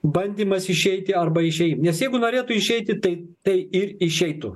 bandymas išeiti arba išei nes jeigu norėtų išeiti tai tai ir išeitų